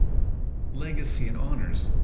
legacy and honors